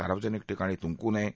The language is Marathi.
सार्वजनिक ठिकाणी थुंकू नये